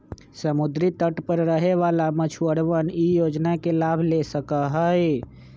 समुद्री तट पर रहे वाला मछुअरवन ई योजना के लाभ ले सका हई